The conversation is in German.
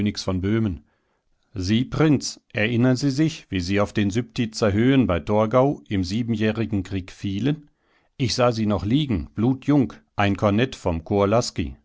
von böhmen sie prinz erinnern sie sich wie sie auf den süptitzer höhen bei torgau im siebenjährigen krieg fielen ich sah sie noch liegen blutjung ein kornett vom